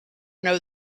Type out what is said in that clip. know